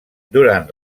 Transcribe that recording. durant